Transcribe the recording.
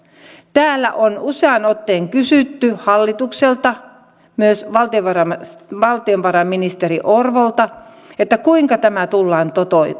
täällä on useaan otteeseen kysytty hallitukselta myös valtiovarainministeri orvolta kuinka tämä tullaan